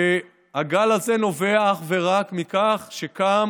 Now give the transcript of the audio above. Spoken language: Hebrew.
והגל הזה נובע אך ורק מכך שקם